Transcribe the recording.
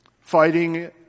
Fighting